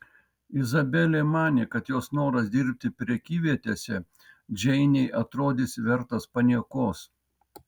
izabelė manė kad jos noras dirbti prekyvietėse džeinei atrodys vertas paniekos